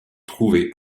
trouver